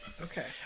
Okay